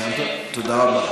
תודה רבה.